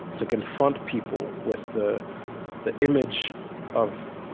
to confront people with the the image of